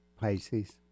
Pisces